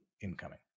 incoming